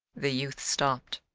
the youth stopped.